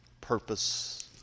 purpose